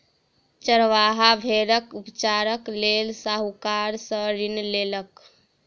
चरवाहा भेड़क उपचारक लेल साहूकार सॅ ऋण लेलक